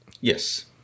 Yes